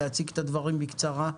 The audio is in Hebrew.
להציג את הדברים בקצרה.